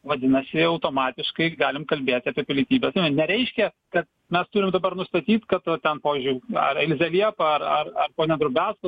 vadinasi automatiškai galim kalbėti apie pilietybės nereiškia kad mes turim dabar nustatyt kad va ten pavyzdžiui elzė liepa ar ar ponia drobiazko